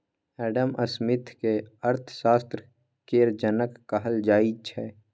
Adam Smith केँ अर्थशास्त्र केर जनक कहल जाइ छै